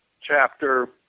chapter